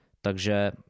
Takže